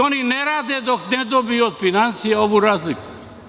Oni ne rade dok ne dobiju od finansija ovu razliku.